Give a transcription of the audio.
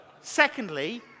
Secondly